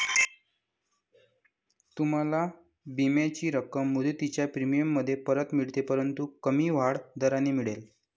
तुम्हाला विम्याची रक्कम मुदतीच्या प्रीमियममध्ये परत मिळेल परंतु कमी वाढ दराने मिळेल